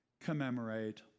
commemorate